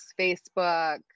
facebook